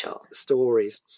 stories